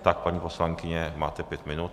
Tak, paní poslankyně, máte pět minut.